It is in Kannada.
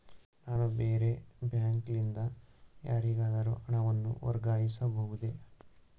ನಾನು ಬೇರೆ ಬ್ಯಾಂಕ್ ಲಿಂದ ಯಾರಿಗಾದರೂ ಹಣವನ್ನು ವರ್ಗಾಯಿಸಬಹುದೇ?